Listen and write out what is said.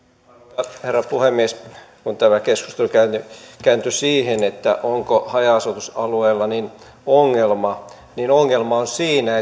arvoisa herra puhemies kun tämä keskustelu kääntyi kääntyi siihen onko haja asutusalueilla ongelma niin ongelma on siinä